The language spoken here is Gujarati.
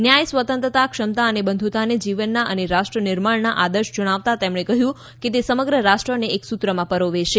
ન્યાય સ્વતંત્રતા ક્ષમતા અને બંધુત્તાને જીવનના અને રાષ્ટ્ર નિર્માણના આદર્શ જણાવતા તેમણે કહ્યું કે તે સમગ્ર રાષ્ટ્રને એક સૂત્રમાં પરોવે છે